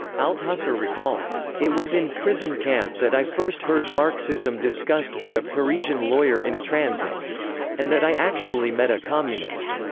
althusser recalled it was in prison camp that i first heard marxism discussed by a parisian lawyer in transit and that i actually met a communist.